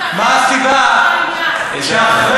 מה הסיבה שאחרי,